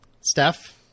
steph